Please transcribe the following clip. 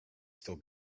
still